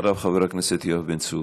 אחריו, חבר הכנסת יואב בן צור.